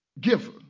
giver